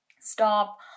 stop